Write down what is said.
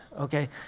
okay